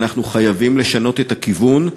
ואנחנו חייבים לשנות את הכיוון,